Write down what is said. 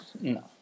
No